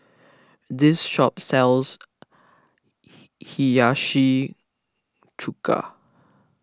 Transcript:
this shop sells Hiyashi Chuka